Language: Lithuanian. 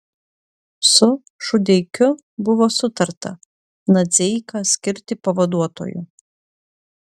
su šudeikiu buvo sutarta nadzeiką skirti pavaduotoju